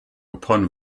upon